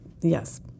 Yes